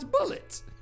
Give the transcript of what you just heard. bullets